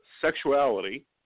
sexuality